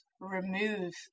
remove